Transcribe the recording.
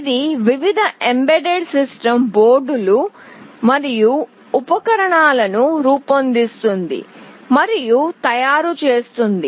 ఇది వివిధ embedded system బోర్డులు మరియు ఉపకరణాలను రూపొందిస్తుంది మరియు తయారు చేస్తుంది